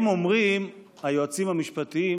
הם אומרים, היועצים המשפטיים: